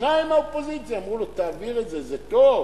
שניים מהאופוזיציה אמרו לו: תעביר את זה, זה טוב.